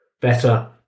better